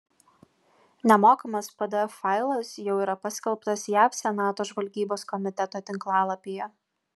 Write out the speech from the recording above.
nemokamas pdf failas jau yra paskelbtas jav senato žvalgybos komiteto tinklalapyje